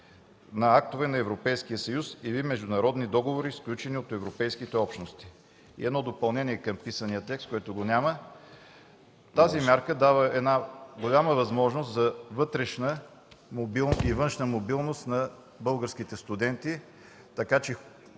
на актове на Европейския съюз или на международни договори, сключени от Европейските общности.” И едно допълнение към писания текст, което го няма. Тази мярка дава голяма възможност за вътрешна и външна мобилност на българските студенти, така че